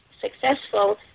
successful